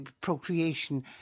procreation